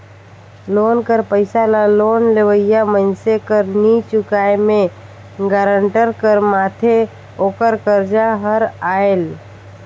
loan कर पइसा ल लोन लेवइया मइनसे कर नी चुकाए में गारंटर कर माथे ओकर करजा हर आएल